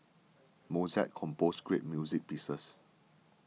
Mozart composed great music pieces